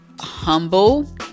humble